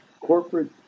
corporate